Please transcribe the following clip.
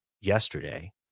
yesterday